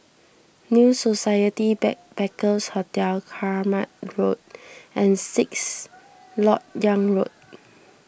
New Society Backpackers' Hotel Kramat Road and Sixth Lok Yang Road